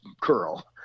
curl